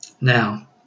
Now